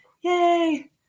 Yay